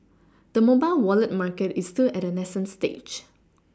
the mobile Wallet market is still at a nascent stage